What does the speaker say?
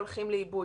הולכים לאיבוד,